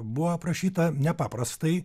buvo aprašyta nepaprastai